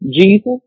Jesus